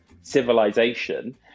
civilization